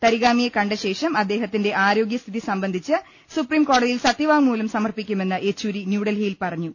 തരിഗാമിയെ കണ്ട ശേഷം അദ്ദേഹത്തിന്റെ ആരോഗ്യ സ്ഥിതി സംബന്ധിച്ച് സുപ്രീംകോടതിയിൽ സത്യവാങ്മൂലം സമർപ്പിക്കു മെന്ന് യെച്ചൂരി ന്യൂഡൽഹിയിൽ പറഞ്ഞു